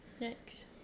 Next